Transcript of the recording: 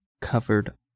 covered